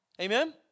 Amen